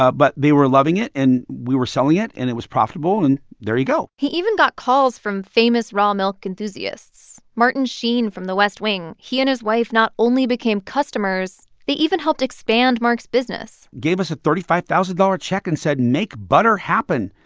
ah but they were loving it, and we were selling it, and it was profitable. and there you go he even got calls from famous raw milk enthusiasts. martin sheen from the west wing he and his wife not only became customers they even helped expand mark's business gave us a thirty five thousand dollars check and said, make butter happen,